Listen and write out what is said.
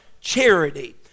charity